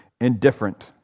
indifferent